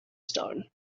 stone